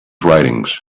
writings